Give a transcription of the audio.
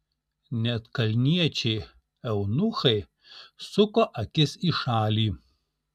net kalniečiai eunuchai suko akis į šalį